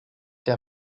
der